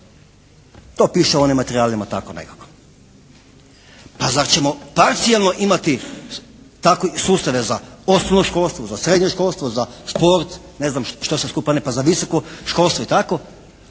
To piše u onim materijalima tako nekako. Pa zar ćemo parcijalno imati takve sustave za osnovnoškolstvo, za srednješkolstvo, za šport, ne znam što sve skupa ne, pa za visoko školstvo i tako.